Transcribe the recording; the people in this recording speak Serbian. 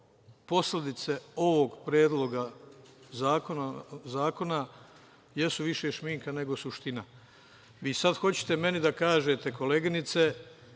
posledice ovog Predloga zakona jesu više šminka nego suština. Vi sad hoćete meni da kažete, koleginice,